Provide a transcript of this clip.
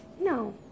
No